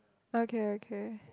okay okay